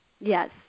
Yes